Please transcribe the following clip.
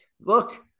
look